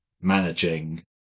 managing